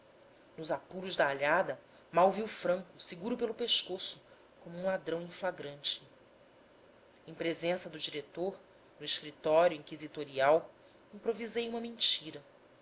nos aparos da alhada mal vi o franco seguro pelo pescoço como um ladrão em flagrante em presença do diretor no escritório inquisitorial improvisei uma mentira